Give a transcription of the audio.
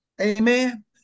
Amen